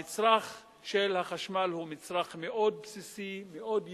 המצרך חשמל הוא מצרך מאוד בסיסי, מאוד יסודי.